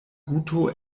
guto